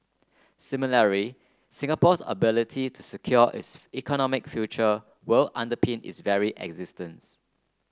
similar Singapore's ability to secure its economic future will underpin is very existence